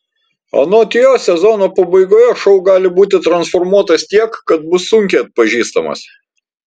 anot jo sezono pabaigoje šou gali būti transformuotas tiek kad bus sunkiai atpažįstamas